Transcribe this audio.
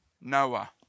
Noah